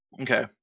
Okay